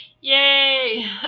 yay